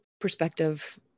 perspective